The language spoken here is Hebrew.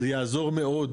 זה יעזור מאוד